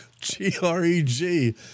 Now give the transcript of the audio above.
G-R-E-G